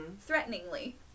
threateningly